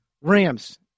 Rams